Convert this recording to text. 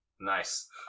Nice